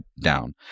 down